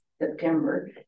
September